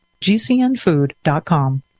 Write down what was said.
GCNfood.com